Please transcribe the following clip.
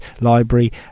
library